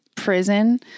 prison